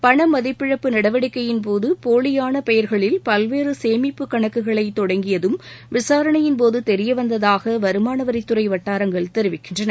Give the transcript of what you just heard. பணமதிப்பிழப்பு நடவடிக்கையின் போது போலியான பெயர்களில் பல்வேறு சேமிப்பு கணக்குகளை தொடங்கியதும் விசாரனையின் போது தெரியவந்ததாக வருமானவரித் துறை வட்டாரங்கள் தெரிவிக்கின்றன